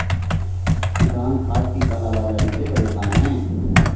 किसान खाद की काला बाज़ारी से परेशान है